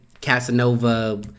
Casanova